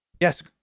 Yes